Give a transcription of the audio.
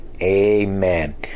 Amen